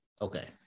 okay